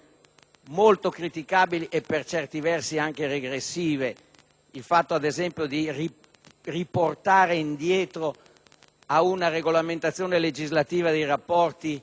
molto criticabili e, per certi versi, anche regressive. Il fatto, ad esempio, di tornare ad una regolamentazione legislativa dei rapporti